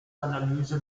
analyse